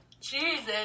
Jesus